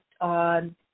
on